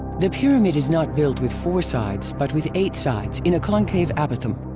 the pyramid is not built with four sides but with eight sides in a concave apothem.